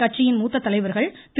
கட்சியின் மூத்த தலைவர்கள் திரு